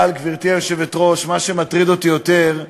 אבל, גברתי היושבת-ראש, מה שמטריד אותי יותר,